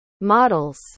models